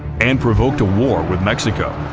and provoked a war with mexico,